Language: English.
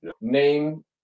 name